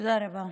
תודה רבה.